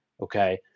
okay